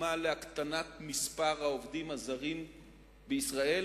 חורמה להקטנת מספר העובדים הזרים בישראל,